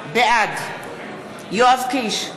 בעד יואב קיש,